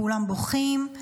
כולם בוכים.